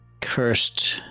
cursed